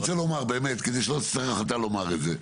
אני רוצה לומר כדי שלא תצטרך אתה לומר את זה.